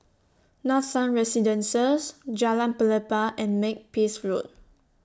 Nathan Residences Jalan Pelepah and Makepeace Road